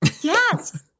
Yes